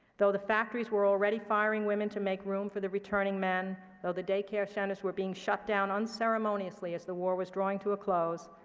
though the factories were already firing women to make room for the returning men, though the daycare centers were being shut down unceremoniously as the war was drawing to a close,